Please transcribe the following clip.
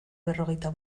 berrogeita